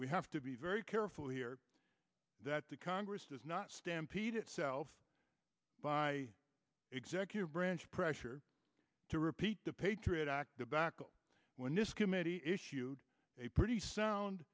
we have to be very careful here that the congress is not stampede itself by executive branch pressure to repeat the patriot act the back when this committee issued a pretty sound